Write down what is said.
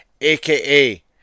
aka